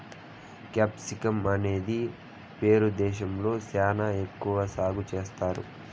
capsicum అనేది Peru దేశంలో శ్యానా ఎక్కువ సాగు చేత్తారు